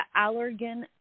allergen